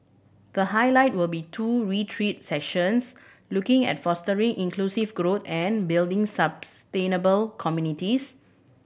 the highlight will be two retreat sessions looking at fostering inclusive growth and building sustainable communities